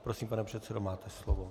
Prosím, pane předsedo, máte slovo.